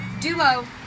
Duo